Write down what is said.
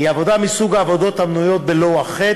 היא עבודה מסוג העבודות המנויות בלוח ח'.